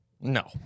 No